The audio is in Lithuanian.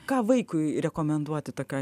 ką vaikui rekomenduoti tokioj